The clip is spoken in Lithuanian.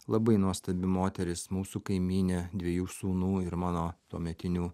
labai nuostabi moteris mūsų kaimynė dviejų sūnų ir mano tuometinių